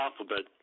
alphabet